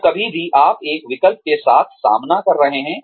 तो कभी भी आप एक विकल्प के साथ सामना कर रहे हैं